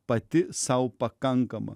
pati sau pakankama